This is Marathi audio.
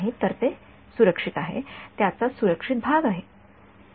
तर तो सुरक्षित आहे त्याचा सुरक्षित भाग आहे